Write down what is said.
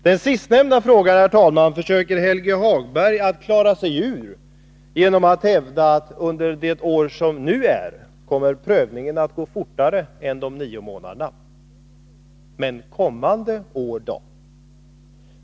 Den sistnämnda frågan, herr talman, försöker Helge Hagberg att klara sig ur genom att hävda att under det år som nu är kommer prövningen att gå fortare än de nio månaderna vi talar om i vår reservation. Men kommande år då?